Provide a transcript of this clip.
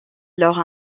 alors